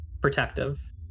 Protective